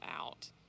out